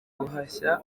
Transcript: guhashya